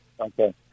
Okay